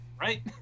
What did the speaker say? Right